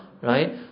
right